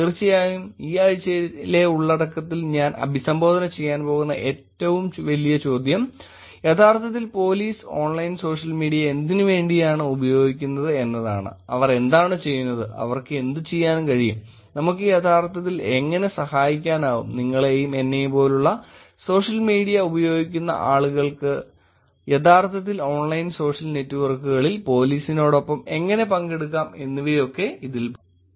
തീർച്ചയായും ഈ ആഴ്ചയിലെ ഉള്ളടക്കത്തിൽ ഞാൻ അഭിസംബോധന ചെയ്യാൻ പോകുന്ന ചോദ്യം യഥാർത്ഥത്തിൽ പോലീസ് ഓൺലൈൻ സോഷ്യൽ മീഡിയ എന്തിനു വേണ്ടിയാണ് ഉപയോഗിക്കുന്നത് എന്നതാണ് അവർ എന്താണ് ചെയ്യുന്നത് അവർക്ക് എന്തുചെയ്യാൻ കഴിയും നമുക്ക് യഥാർത്ഥത്തിൽ എങ്ങനെ സഹായിക്കാനാകും നിങ്ങളെയും എന്നെയും പോലുള്ള സോഷ്യൽ മീഡിയ ഉപയോഗിക്കുന്ന ആളുകൾക്ക് യഥാർത്ഥത്തിൽ ഓൺലൈൻ സോഷ്യൽ നെറ്റ്വർക്കുകളിൽ പോലീസിനൊപ്പം എങ്ങനെ പങ്കെടുക്കാം എന്നിവയൊക്കെ ഇതിൽ പെടും